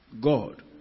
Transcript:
God